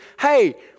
hey